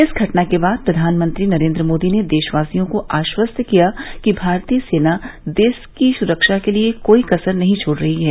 इस घटना के बाद प्रधानमंत्री नरेंद्र मोदी ने देशवासियों को आश्वस्त किया कि भारतीय सेना देश की सुरक्षा के लिए कोई कसर नहीं छोड़ रही है